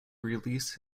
release